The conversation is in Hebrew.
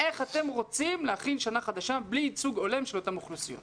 איך אתם רוצים להכין שנה חדשה בלי ייצוג הולם של אותן אוכלוסיות.